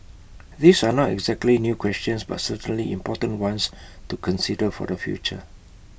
these are not exactly new questions but certainly important ones to consider for the future